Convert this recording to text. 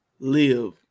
Live